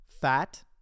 fat